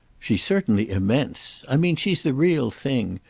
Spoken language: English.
she's certainly immense. i mean she's the real thing.